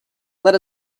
let